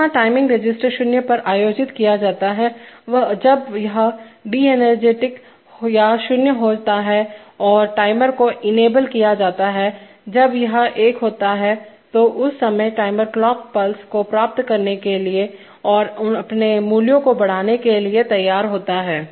जहां timing register शून्य पर आयोजित किया जाता है जब यह डी एनर्जेटिक या शून्य होता है और टाइमर को इनेबल किया जाता है जब यह एक होता है तो उस समय टाइमर क्लॉक पल्स को प्राप्त करने और अपने मूल्यों को बढ़ाने के लिए तैयार होता है